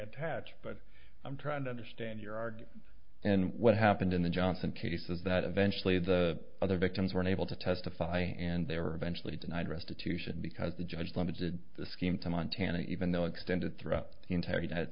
attach but i'm trying to understand your argument and what happened in the johnson case is that eventually the other victims were unable to testify and they were eventually denied restitution because the judge limited the scheme to montana even though extended throughout the entire united